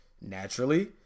Naturally